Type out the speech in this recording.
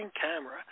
camera